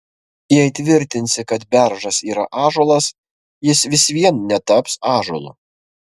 jei tvirtinsi kad beržas yra ąžuolas jis vis vien netaps ąžuolu